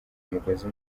umugozi